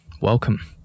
welcome